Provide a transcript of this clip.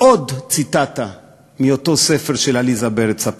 עוד ציטטה מאותו ספר, "עליסה בארץ הפלאות".